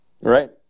right